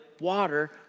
water